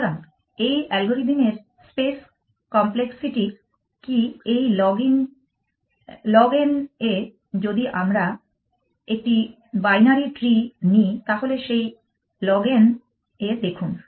সুতরাং এই অ্যালগরিদমের স্পেস কমপ্লেক্সিটি কী এই log n এ যদি আমরা একটি বাইনারী ট্রী নিই তাহলে সেই লগ এন এ দেখুন